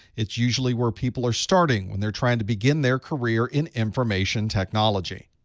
it's usually where people are starting when they're trying to begin their career in information technology.